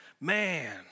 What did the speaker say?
Man